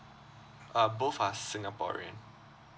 uh both are singaporean